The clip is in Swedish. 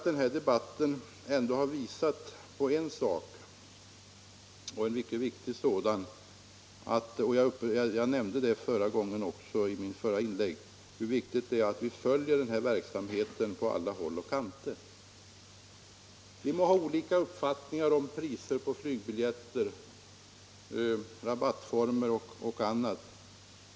Den här debatten har ändå visat en sak — jag nämnde det även i mitt förra inlägg — nämligen hur viktigt det är att vi följer den här verksamheten på alla håll och kanter. Vi må ha olika uppfattningar om priser på flygbiljetter, rabattformer och annat.